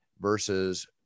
versus